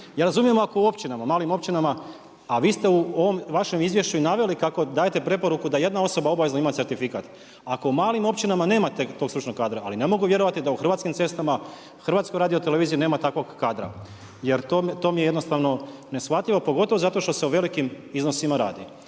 Ja razumijem ako u općinama, malim općinama a vi ste u ovom vašem izvješću i naveli kako dajete preporuku da jedna osoba obavezno ima certifikat. Ako u malim općinama nemate tog stručnog kadra, ali ne mogu vjerovati da u Hrvatskim cestama, Hrvatskoj radioteleviziji nema takvog kadra jer to mi je jednostavno neshvatljivo pogotovo zato što se o velikim iznosima radi.